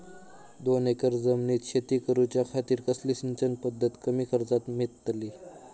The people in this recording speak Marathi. दोन एकर जमिनीत शेती करूच्या खातीर कसली सिंचन पध्दत कमी खर्चात मेलतली?